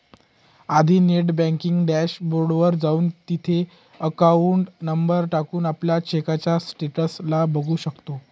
आधी net banking dashboard वर जाऊन, तिथे अकाउंट नंबर टाकून, आपल्या चेकच्या स्टेटस ला बघू शकतो